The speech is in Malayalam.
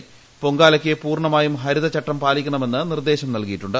ഉപ്പാക്കാലയ്ക്ക് പൂർണ്ണമായും ഹരിത ചട്ടം പാലിക്കണമെന്ന് നിർദ്ദേശ്ലാ നൽകിയിട്ടുണ്ട്